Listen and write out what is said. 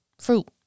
fruit